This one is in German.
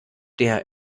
der